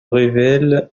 révèlent